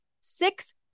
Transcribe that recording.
six